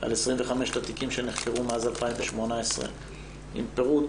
על 5 התיקים שנחקרו מאז 2018 עם פירוט